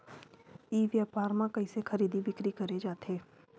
ई व्यापार म कइसे खरीदी बिक्री करे जाथे?